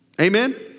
Amen